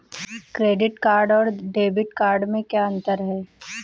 Credit card और debit card में क्या अंतर है?